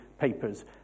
papers